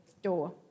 door